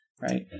Right